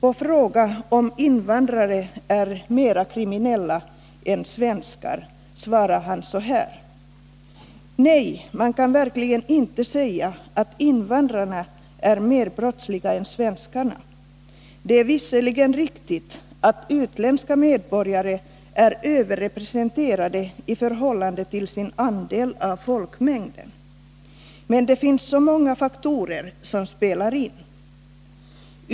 På frågan om invandrare är mer kriminella än svenskar svarar han: ”Nej, man kan verkligen inte säga att invandrarna är mer brottsliga än svenskarna. Det är visserligen riktigt att utländska medborgare är överrepresenterade i förhållande till sin andel av folkmängden. Men det finns så många faktorer som spelar in.